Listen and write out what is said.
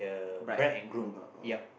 bride groom ah oh